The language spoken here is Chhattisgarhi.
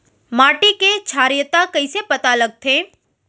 माटी के क्षारीयता कइसे पता लगथे?